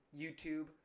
YouTube